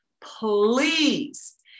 Please